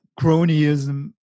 cronyism